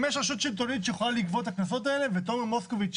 אם יש רשות שלטונית שיכולה לגבות את הקנסות האלה ותומר מוסקוביץ,